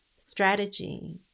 strategy